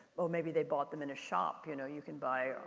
oh maybe they bought them in a shop, you know. you can buy,